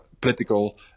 political